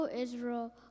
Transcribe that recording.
Israel